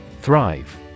Thrive